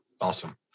Awesome